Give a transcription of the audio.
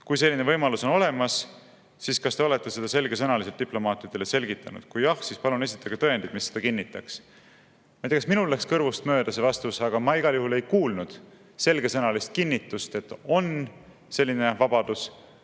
Kui selline võimalus on olemas, siis kas te olete seda selgesõnaliselt diplomaatidele selgitanud? Kui jah, siis palun esitage tõendid, mis seda kinnitaks. Ma ei tea, kas minul läks kõrvust mööda see vastus, aga ma igal juhul ei kuulnud selgesõnalist kinnitust, et on selline vabadus,